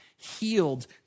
Healed